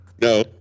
no